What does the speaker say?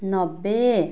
नब्बे